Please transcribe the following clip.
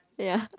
ya